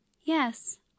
Yes